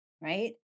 right